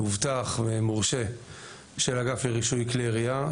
מאובטח מורשה של אגף לרישוי כלי ירייה,